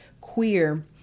queer